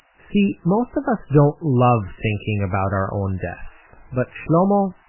see, most of us don't love thinking about our own death. but shlomo?